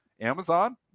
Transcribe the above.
Amazon